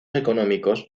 económicos